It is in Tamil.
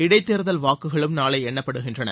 இடைத்தேர்தல் வாக்குகளும் நாளை எண்ணப்படுகின்றன